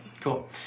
cool